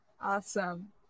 Awesome